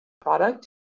product